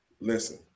Listen